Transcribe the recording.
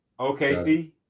OKC